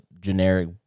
generic